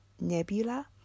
nebula